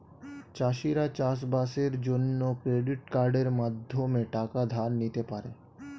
চাষিরা চাষবাসের জন্য ক্রেডিট কার্ডের মাধ্যমে টাকা ধার নিতে পারে